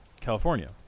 California